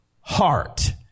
heart